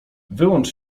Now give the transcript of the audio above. wyłącz